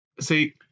See